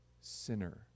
sinner